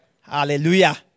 Hallelujah